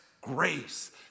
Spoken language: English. grace